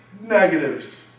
negatives